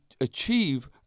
achieve